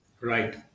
Right